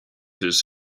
his